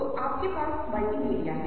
रंगों की क्या भूमिका है